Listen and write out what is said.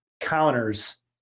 counters